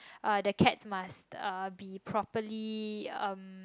uh the cats must uh be properly uh